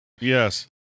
Yes